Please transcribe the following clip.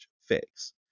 fix